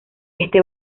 este